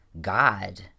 God